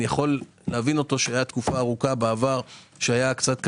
אני יכול להבינו שהייתה תקופה ארוכה בעבר שהיה קצת קשה.